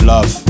Love